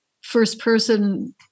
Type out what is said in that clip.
first-person